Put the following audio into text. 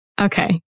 Okay